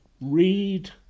read